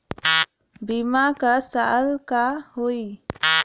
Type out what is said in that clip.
बीमा क साल क होई?